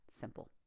simple